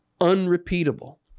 unrepeatable